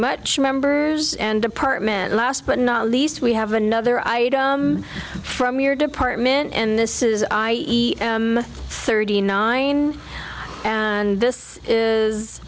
much members and department last but not least we have another item from your department and this is i thirty nine and this is